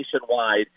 nationwide